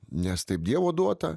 nes taip dievo duota